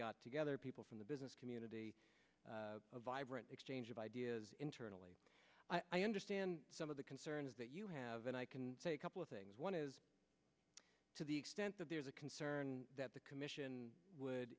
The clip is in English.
got together people from the business community a vibrant exchange of ideas internally i understand some of the concerns that you have and i can say a couple of things one is to the extent that there's a concern that the commission would